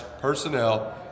personnel